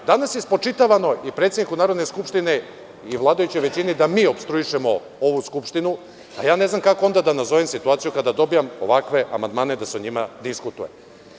Danas je spočitavano i predsedniku Narodne skupštine i vladajućoj većini da mi opstruišemo ovu skupštinu, a ja ne znam kako onda da nazovem situaciju kada dobijam ovakve amandmane da se o njima ovako diskutuje.